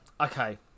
okay